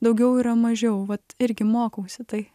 daugiau yra mažiau vat irgi mokausi tai